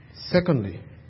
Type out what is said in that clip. Secondly